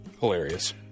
Hilarious